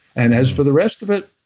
and as for the rest of it,